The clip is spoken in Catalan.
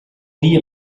dia